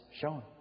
shown